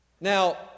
Now